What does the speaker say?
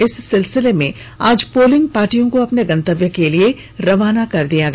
इस सिलसिले में आज पोलिंग पार्टियों को अपने गंतव्य के लिए रवाना कर दिया गया